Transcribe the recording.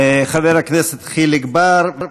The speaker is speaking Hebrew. חבר הכנסת חיליק בר,